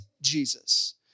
Jesus